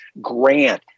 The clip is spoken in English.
Grant